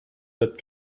that